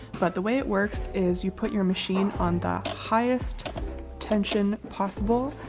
but, the way it works is you put your machine on the highest tension possible,